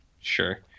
Sure